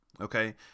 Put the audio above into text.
Okay